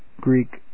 Greek